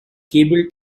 cable